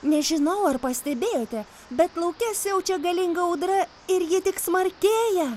nežinau ar pastebėjote bet lauke siaučia galinga audra ir ji tik smarkėja